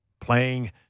Playing